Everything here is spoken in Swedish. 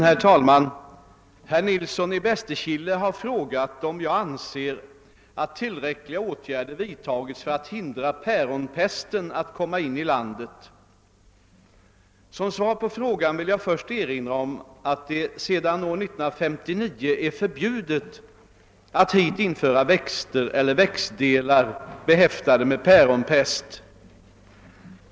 Herr talman! Herr Nilsson i Bästekille har frågat om jag anser att tillräckliga åtgärder vidtagits för att hindra päronpesten att komma in i landet. Som svar på frågan vill jag först er inra om att det sedan år 1959 är förbjudet att hit införa växter eller växtdelar behäftade med päronpest.